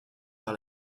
par